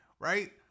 right